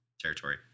territory